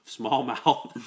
smallmouth